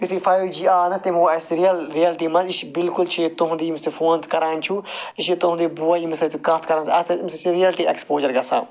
یُتھُے five G آو نا تٔمۍ ہوو اَسہِ رِیَل رِیلٹی مَنٛز یہِ چھُ بِلکُل چھُ یہِ تُہُنٛد یہِ ییٚمِس تُہۍ فون کَران چھُو یہِ چھُ تُہُنٛدُے بوے ییٚمِس سۭتۍ تُہۍ کتھ کَران آسہو اَمہِ سۭتۍ چھُ ریَلٹی ایٚکسپوجَر گَژھان